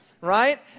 Right